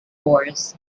wars